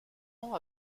ans